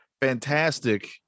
fantastic